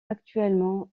actuellement